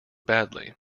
badly